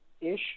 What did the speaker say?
ish